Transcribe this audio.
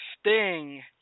Sting